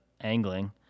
angling